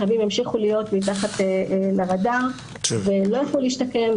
חייבים ימשיכו להיות מתחת לרדאר ולא יוכלו להשתקם.